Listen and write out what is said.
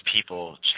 people